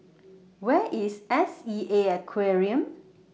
Where IS S E A Aquarium